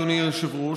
אדוני היושב-ראש,